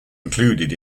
included